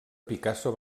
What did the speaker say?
picasso